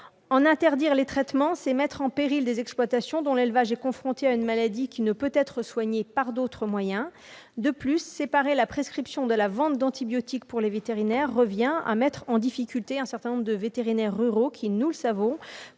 Interdire ces traitements, c'est mettre en péril des exploitations dont l'élevage est confronté à une maladie qui ne peut être soignée par d'autres moyens. De plus, séparer la prescription de la vente d'antibiotiques pour les vétérinaires reviendrait à mettre en difficulté un certain nombre de vétérinaires ruraux qui, nous le savons,